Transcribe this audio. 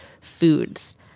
foods